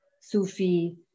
Sufi